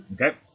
Okay